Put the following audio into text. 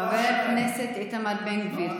חבר הכנסת איתמר בן גביר,